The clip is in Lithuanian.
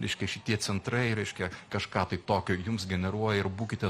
reiškia šitie centrai reiškia kažką tai tokio jums generuoja ir būkite